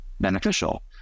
beneficial